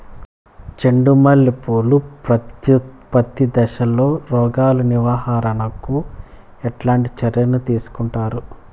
చెండు మల్లె పూలు ప్రత్యుత్పత్తి దశలో రోగాలు నివారణకు ఎట్లాంటి చర్యలు తీసుకుంటారు?